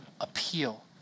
appeal